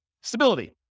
Stability